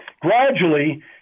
gradually